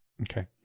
Okay